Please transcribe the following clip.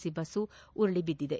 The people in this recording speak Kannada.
ಸಿ ಬಸ್ ಉರುಳಿ ಬಿದ್ದಿದೆ